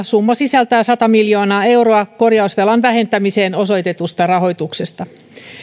summa sisältää sata miljoonaa euroa korjausvelan vähentämiseen osoitetusta rahoituksesta